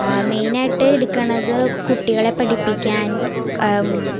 main ആയിട്ട് എടുക്കുന്നത് കുട്ടികളെ പഠിപ്പിക്കാൻ